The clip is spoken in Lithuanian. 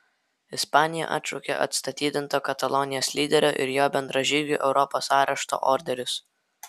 ispanija atšaukė atstatydinto katalonijos lyderio ir jo bendražygių europos arešto orderius